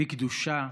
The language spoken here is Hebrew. בקדושה,